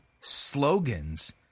slogans